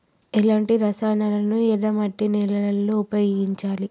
ఎలాంటి రసాయనాలను ఎర్ర మట్టి నేల లో ఉపయోగించాలి?